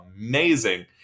amazing